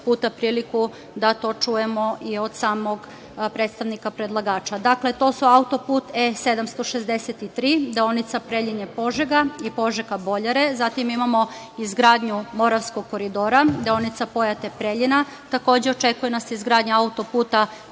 puta prilike da to čujemo i od samog predstavnika predlagača. Dakle, to su autoput E-763, deonica Preljina – Požega i Požega – Boljari, zatim, imamo izgradnju Moravskog koridora, deonica Pojate – Preljina. Takođe, očekuje nas izgradnja autoputa